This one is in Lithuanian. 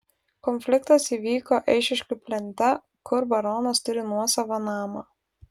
konfliktas įvyko eišiškių plente kur baronas turi nuosavą namą